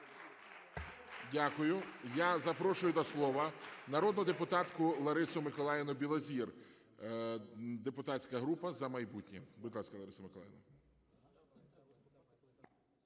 Дякую. Я запрошую до слова народну депутатку Ларису Миколаївну Білозір, депутатська група "За майбутнє". Будь ласка, Лариса Миколаївна.